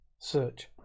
Search